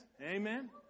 Amen